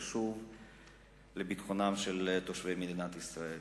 חשוב לביטחונם של תושבי מדינת ישראל.